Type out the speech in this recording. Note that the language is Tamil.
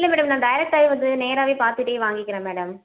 இல்லை மேடம் நான் டேரக்ட்டாகவே வந்து நேராகவே பார்த்துட்டே வாங்கிக்கிறேன் மேடம்